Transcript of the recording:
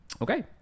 Okay